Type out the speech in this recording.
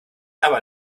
aber